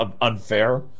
unfair –